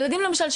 למשל,